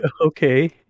okay